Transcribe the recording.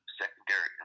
secondary